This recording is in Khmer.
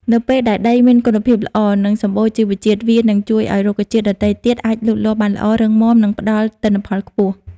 នៅពេលដែលដីមានគុណភាពល្អ និងសម្បូរជីវជាតិ វានឹងជួយឲ្យរុក្ខជាតិដទៃទៀតអាចលូតលាស់បានល្អ រឹងមាំ និងផ្ដល់ទិន្នផលខ្ពស់។